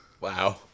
Wow